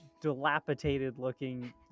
dilapidated-looking